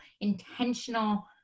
intentional